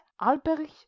Alberich